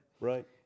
Right